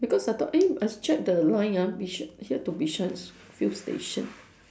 because I thought eh I checked the line ah bish~ here to bishan few station